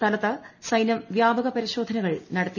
സ്ഥലത്ത് സൈന്യം വ്യാപക പരിശോധനകൾ നടത്തി